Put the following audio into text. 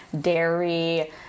dairy